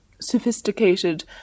sophisticated